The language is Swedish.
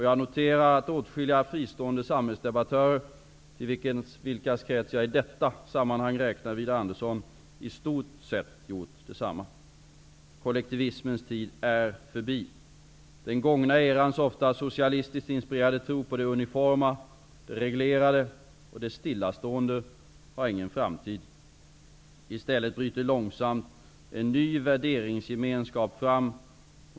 Jag noterar att åtskilliga fristående samhällsdebattörer -- till vilkas krets jag i detta sammanhang räknar Widar Andersson -- i stort sett gjort detsamma. Kollektivismens tid är förbi. Den gångna erans ofta socialistiskt inspirerade tro på det uniforma, det reglerade och det stillastående har ingen framtid. I stället bryter långsamt en ny värderingsgemenskap fram.